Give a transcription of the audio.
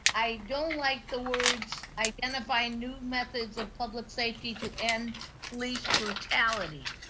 i don't like the words, identifying new methods of public safety to end police brutality.